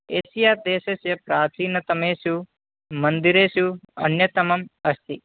एसियादेशस्य प्राचीनतमेषु मन्दिरेषु अन्यतमम् अस्ति